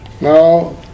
Now